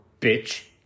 bitch